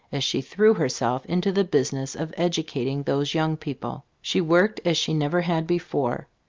as she threw herself into the business of educating those young people. she worked as she never had before.